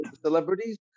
celebrities